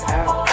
out